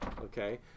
okay